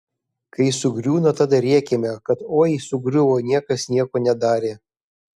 kai sugriūna tada rėkiame kad oi sugriuvo niekas nieko nedarė